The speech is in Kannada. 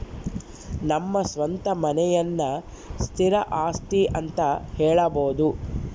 ನಮ್ಮ ಸ್ವಂತ ಮನೆಯನ್ನ ಸ್ಥಿರ ಆಸ್ತಿ ಅಂತ ಹೇಳಬೋದು